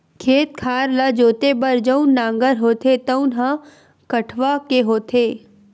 खेत खार ल जोते बर जउन नांगर होथे तउन ह कठवा के होथे